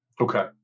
Okay